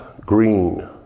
Green